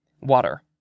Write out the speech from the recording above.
Water